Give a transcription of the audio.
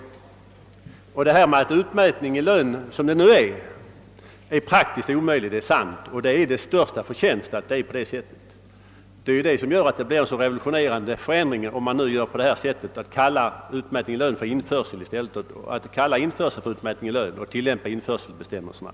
Att utmätning i lön enligt det nuvarande systemet är praktiskt omöjlig är sant — och det är dess största förtjänst. Därför det också en så revolutionerande förändring om man nu skall kalla införsel för utmätning i lön och tillämpa införselbestämmelserna.